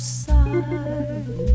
side